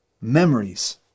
memories